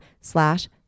slash